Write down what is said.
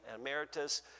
emeritus